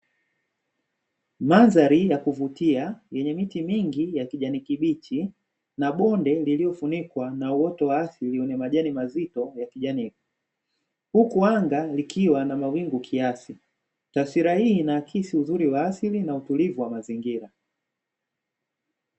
Mandhari ya kuvutia yenye miti mingi ya kijani kibichi na bonde lililofunikwa na uoto wa asili wenye majani mazito wa kijani. Huku anga likiwa na mawingu kiasi, taswira hii inaakisi uzuri w asili na utulivu wa mazingira.